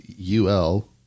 UL